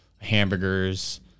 hamburgers